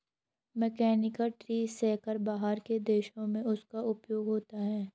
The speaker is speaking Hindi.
मैकेनिकल ट्री शेकर बाहर के देशों में उसका उपयोग होता है